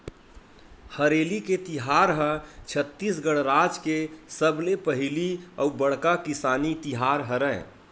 हरेली के तिहार ह छत्तीसगढ़ राज के सबले पहिली अउ बड़का किसानी तिहार हरय